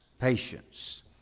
patience